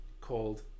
called